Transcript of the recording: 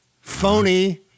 phony